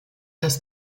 das